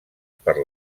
per